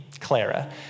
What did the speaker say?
Clara